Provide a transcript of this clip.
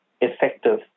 effective